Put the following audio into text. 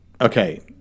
Okay